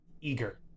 eager